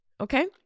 Okay